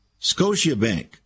Scotiabank